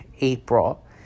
April